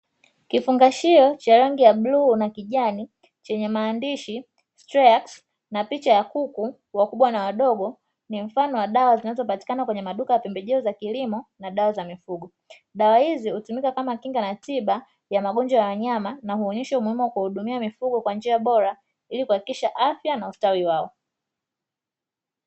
Kifungashio cha rangi ya bluu na kijani, chenye maandishi 'STREXIA' na picha ya kuku wakubwa na wadogo, ni mfano wa dawa zinazopatikana kwenye maduka ya pembejeo za kilimo na dawa za mifugo. Dawa hizi hutumika kama kinga na tiba ya magonjwa ya wanyama na huonyesha umuhimu wa kuhudumia mifugo kwa njia bora ili kuhakikisha afya na ustawi wao.